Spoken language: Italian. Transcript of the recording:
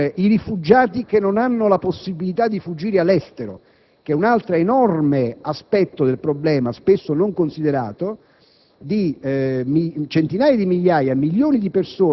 discorso vale anche per i rifugiati che non hanno la possibilità di fuggire all'estero, che è un altro enorme aspetto del problema, spesso non considerato.